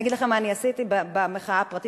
אני אגיד לכם מה אני עשיתי במחאה הפרטית,